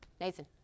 Nathan